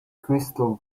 crystal